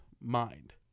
mind